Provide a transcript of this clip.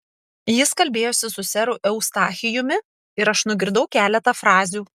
jis kalbėjosi su seru eustachijumi ir aš nugirdau keletą frazių